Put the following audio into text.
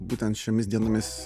būtent šiomis dienomis